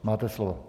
Máte slovo.